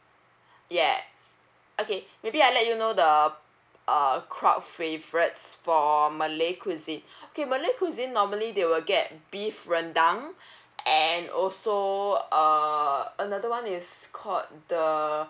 yes okay maybe I'll let you know the err crowd favourites for malay cuisine okay malay cuisine normally they will get beef rendang and also err another one is called the